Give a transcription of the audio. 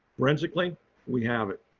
forensically we have it.